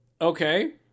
Okay